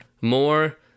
more